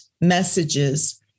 messages